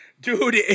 Dude